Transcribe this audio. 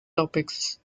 topics